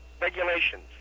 regulations